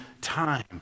time